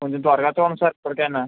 కొంచెం త్వరగా చూడండి సార్ ఇప్పటికైనా